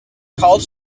college